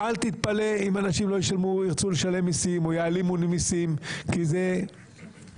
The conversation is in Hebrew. אל תתפלא אם אנשים לא ירצו לשלם מיסים או יעלימו מיסים כי זה בסדר,